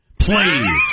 Please